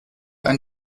ein